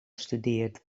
studeert